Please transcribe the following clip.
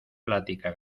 plática